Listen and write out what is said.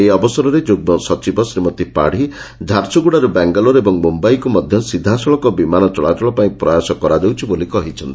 ଏହି ଅବସରରେ ଯୁଗ୍ଗ ସଚିବ ଶ୍ରୀମତୀ ପାଡ଼ୀ ଝାରସୁଗୁଡ଼ାରୁ ବାଙ୍ଗାଲୋର ଓ ମୁଧାଇକୁ ମଧ୍ୟ ସିଧାସଳଖ ବିମାନ ଚଳାଚଳ ପାଇଁ ପ୍ରୟାସ କରାଯାଉଛି ବୋଲି କହିଛନ୍ତି